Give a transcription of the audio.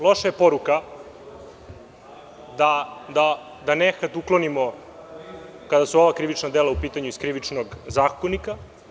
Loša je poruka da nehat uklonimo, kada su ova krivična dela u pitanju, iz Krivičnog zakonika.